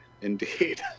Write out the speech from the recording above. Indeed